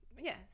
Yes